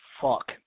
fuck